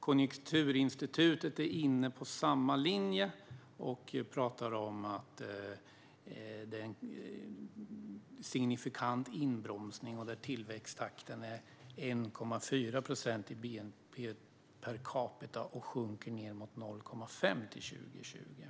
Konjunkturinstitutet är inne på samma linje och talar om att det är en signifikant inbromsning, där tillväxttakten är 1,4 procent i bnp per capita och sjunker ned mot 0,5 procent till 2020.